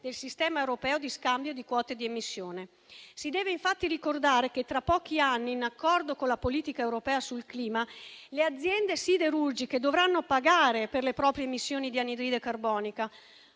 del sistema europeo di scambio di quote di emissione. Si deve infatti ricordare che tra pochi anni, in accordo con la politica europea sul clima, le aziende siderurgiche dovranno pagare per le proprie emissioni di anidride carbonica